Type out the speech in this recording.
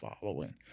following